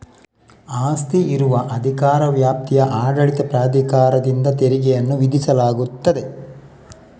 ಆಸ್ತಿ ಇರುವ ಅಧಿಕಾರ ವ್ಯಾಪ್ತಿಯ ಆಡಳಿತ ಪ್ರಾಧಿಕಾರದಿಂದ ತೆರಿಗೆಯನ್ನು ವಿಧಿಸಲಾಗುತ್ತದೆ